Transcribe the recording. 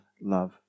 love